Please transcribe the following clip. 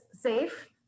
safe